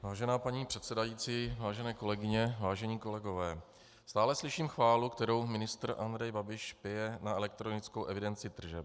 Vážená paní předsedající, vážené kolegyně, vážení kolegové, stále slyším chválu, kterou ministr Andrej Babiš pěje na elektronickou evidenci tržeb.